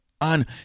on